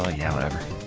ah yeah however,